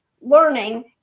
learning